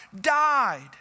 died